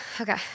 Okay